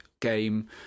game